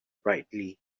brightly